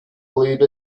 believe